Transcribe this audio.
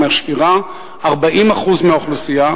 ומשאירה 40% מהאוכלוסייה,